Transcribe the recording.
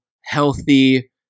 healthy